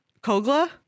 Kogla